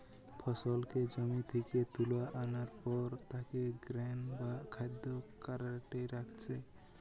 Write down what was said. ফসলকে জমি থিকে তুলা আনার পর তাকে গ্রেন বা খাদ্য কার্টে রাখছে